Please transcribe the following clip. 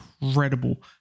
incredible